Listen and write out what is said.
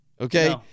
okay